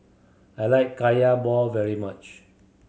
I like Kaya ball very much